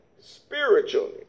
spiritually